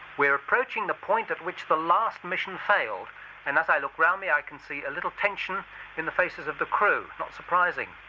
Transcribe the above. we're approaching the point at which the last mission failed and as i look round me i can see a little tension in the faces of the crew not surprising.